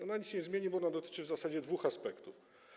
Ona nic nie zmieni, bo dotyczy w zasadzie dwóch aspektów.